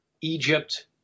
Egypt